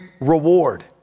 reward